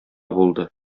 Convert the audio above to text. булды